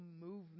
movement